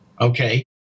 Okay